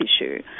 issue